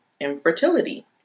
infertility